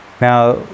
Now